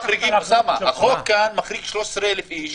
אוסאמה, החוק כאן מחריג 13,000 איש